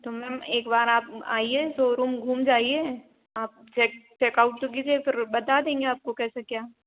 तो मैम एक बार आप आइए शोरूम घूम जाइए आप चेक चेकआउट तो कीजिए फिर बता देंगे आपको कैसे क्या